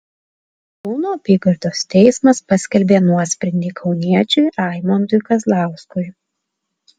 kauno apygardos teismas paskelbė nuosprendį kauniečiui raimondui kazlauskui